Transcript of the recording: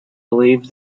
believed